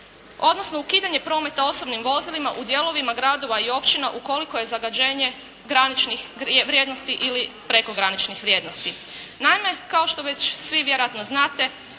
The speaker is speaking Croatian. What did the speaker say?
odnosno ukidanje prometa osobnim vozilima u dijelovima gradova i općina ukoliko je zagađenje graničnih vrijednosti ili prekograničnih vrijednosti. Naime, kao što već svi vjerojatno znate